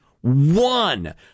one